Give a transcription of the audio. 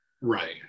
right